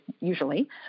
usually